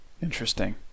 Interesting